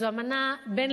זו למעשה אמנה בין-לאומית,